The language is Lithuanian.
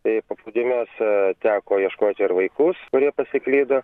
bei paplūdimiuose teko ieškoti ir vaikus kurie pasiklydo